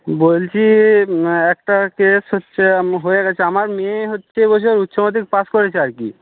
বলছি একটা কেস হচ্ছে হয়ে গেছে আমার মেয়ে হচ্ছে এ বছর উচ্চমাধ্যমিক পাশ করেছে আর কি